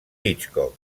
hitchcock